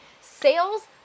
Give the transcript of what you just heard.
sales